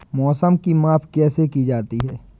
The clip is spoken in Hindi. मौसम की माप कैसे की जाती है?